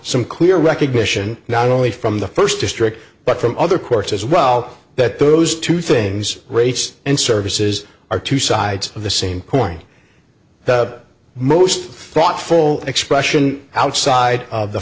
some clear recognition not only from the first district but from other courts as well that those two things race and services are two sides of the same coin the most thoughtful expression outside of the